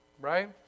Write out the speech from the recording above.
Right